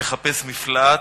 לחפש מפלט,